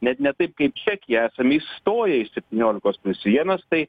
net ne taip kaip čekija esam išstoję iš septyniolikos plius vienas tai